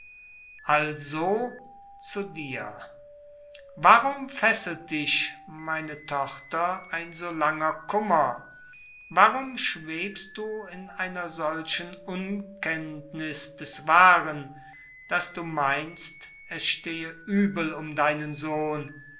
also zu dir warum fesselt dich meine tochter ein so langer kummer warum schwebst du in einer solchen unkenntniß des wahren daß du meinst es stehe übel um deinen sohn